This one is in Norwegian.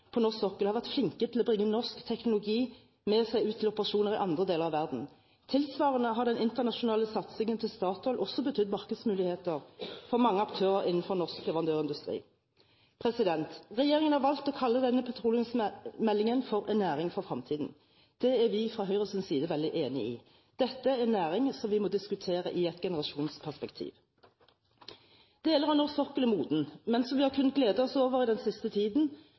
på norsk sokkel har vært flinke til å bringe norsk teknologi med seg ut til operasjoner i andre deler av verden. Tilsvarende har den internasjonale satsingen til Statoil også betydd markedsmuligheter for mange aktører innenfor norsk leverandørindustri. Regjeringen har valgt å kalle denne petroleumsmeldingen for «En næring for framtida». Det er vi fra Høyres side veldig enig i; dette er en næring som vi må diskutere i et generasjonsperspektiv. Deler av norsk sokkel er moden, men som vi har kunnet glede oss over den siste tiden,